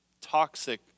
toxic